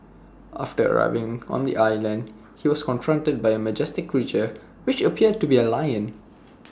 after arriving on the island he was confronted by A majestic creature which appeared to be A lion